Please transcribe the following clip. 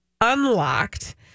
unlocked